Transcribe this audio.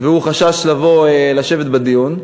והוא חשש לבוא, לשבת בדיון.